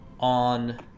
On